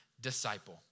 disciple